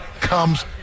comes